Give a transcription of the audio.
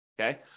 Okay